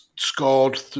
scored